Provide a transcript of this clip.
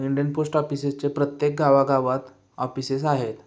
Indian post ऑफिसेसचे प्रत्येक गावागावात ऑफिसेस आहेत